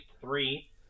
three